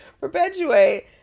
perpetuate